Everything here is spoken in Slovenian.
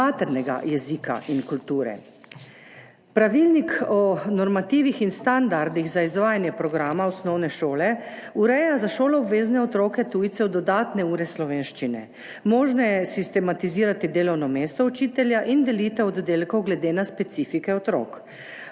maternega jezika in kulture.« Pravilnik o normativih in standardih za izvajanje programa osnovne šole ureja za šoloobvezne otroke tujcev dodatne ure slovenščine, možno je sistematizirati delovno mesto učitelja in delitev oddelkov glede na specifike otrok.